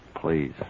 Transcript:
Please